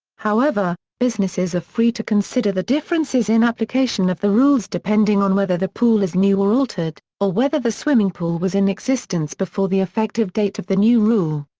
however, businesses are free to consider the differences in application of the rules depending on whether the pool is new or altered, or whether the swimming pool was in existence before the effective date of the new rule.